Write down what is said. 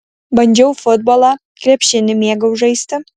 bandžiau futbolą krepšinį mėgau žaisti